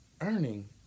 earning